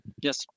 Yes